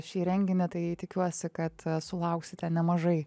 šį renginį tai tikiuosi kad sulauksite nemažai